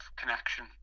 connection